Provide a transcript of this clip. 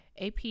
AP